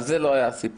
על זה לא היה הסיפור.